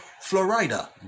Florida